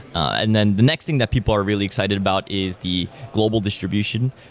and then the next thing that people are really excited about is the global distribution.